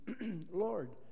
Lord